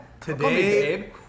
Today